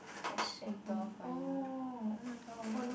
it's quite shaggy oh oh my god